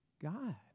God